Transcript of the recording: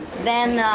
then,